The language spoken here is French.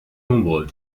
nombreux